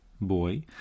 boy